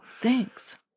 Thanks